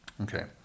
Okay